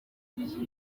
igira